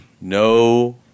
No